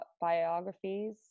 biographies